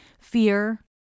fear